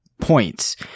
points